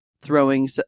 throwing